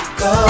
go